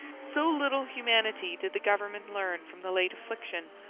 so little humanity did the government learn from the late affliction,